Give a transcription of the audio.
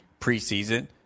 preseason